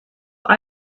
noch